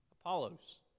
Apollos